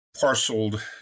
parceled